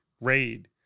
RAID